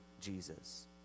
Jesus